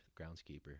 groundskeeper